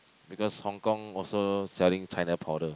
because Hong-Kong also selling China powder